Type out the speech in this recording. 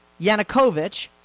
Yanukovych